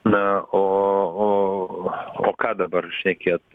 na o o o ką dabar šnekėt